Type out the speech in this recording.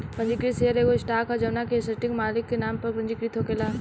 पंजीकृत शेयर एगो स्टॉक ह जवना के सटीक मालिक के नाम पर पंजीकृत होखेला